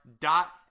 dot